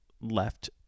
left